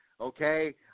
Okay